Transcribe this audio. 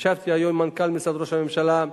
ישבתי היום עם מנכ"ל משרד ראש הממשלה,